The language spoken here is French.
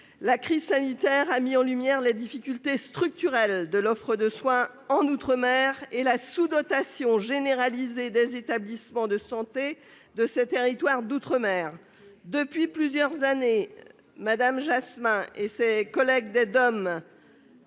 La crise sanitaire a mis en en lumière les difficultés structurelles de l'offre de soins en outre-mer et la sous-dotation généralisée des établissements de santé de ces territoires. Depuis plusieurs années, Mme Jasmin et ses collègues des